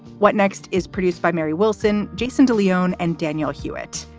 what next is produced by mary wilson, jason de leon and daniel hewett.